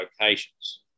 locations